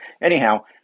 Anyhow